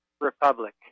republic